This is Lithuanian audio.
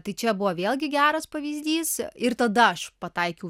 tai čia buvo vėlgi geras pavyzdys ir tada aš pataikiau